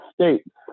states